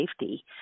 safety